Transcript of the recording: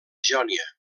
jònia